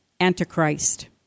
Antichrist